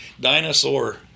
Dinosaur